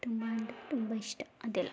ತುಂಬ ಅಂದರೆ ತುಂಬ ಇಷ್ಟ ಅದೆಲ್ಲ